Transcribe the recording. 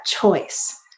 choice